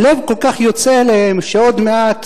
הלב כל כך יוצא אליהם, שעוד מעט